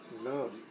love